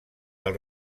del